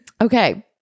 okay